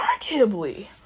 arguably